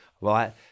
Right